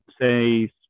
say